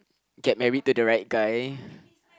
get married to the right guy